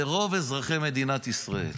זה רוב אזרחי מדינת ישראל.